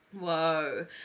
Whoa